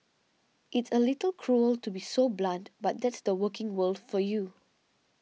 it's a little cruel to be so blunt but that's the working world for you